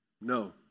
No